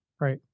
Right